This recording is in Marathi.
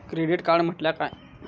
क्रेडिट कार्ड म्हटल्या काय?